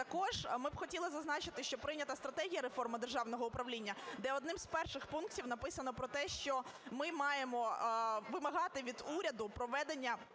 Також ми хотіли б зазначити, що прийнята Стратегія реформи державного управління, де одним з перших пунктів написано про те, що ми маємо вимагати від уряду проведення